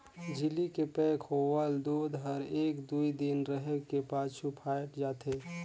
झिल्ली के पैक होवल दूद हर एक दुइ दिन रहें के पाछू फ़ायट जाथे